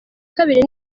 kabiri